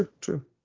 true